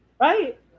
right